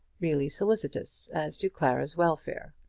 really solicitous as to clara's welfare.